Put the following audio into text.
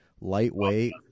lightweight